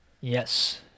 yes